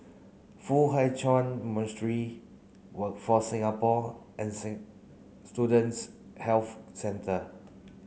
Foo Hai Ch'an Monastery Workforce Singapore and Student Health Centre